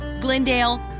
Glendale